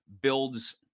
builds